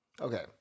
Okay